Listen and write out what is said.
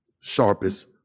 Sharpest